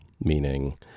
meaning